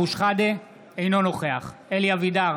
אינו נוכח אלי אבידר,